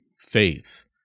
faith